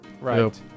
right